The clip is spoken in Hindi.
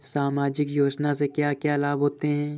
सामाजिक योजना से क्या क्या लाभ होते हैं?